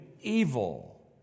evil